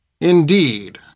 Indeed